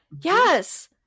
yes